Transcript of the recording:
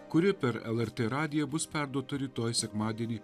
kuri per lrt radiją bus perduota rytoj sekmadienį